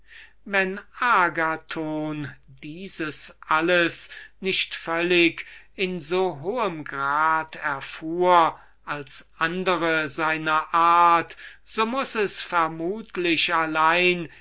wenn agathon dieses alles nicht völlig in so hohem grad erfuhr als andre von seiner art so muß dieses vermutlich allein